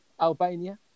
Albania